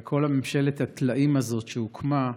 הרי כל ממשלת הטלאים הזאת שהוקמה,